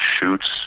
shoots